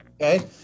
Okay